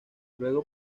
luego